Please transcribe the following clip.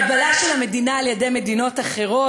קבלה של המדינה על-ידי מדינות אחרות,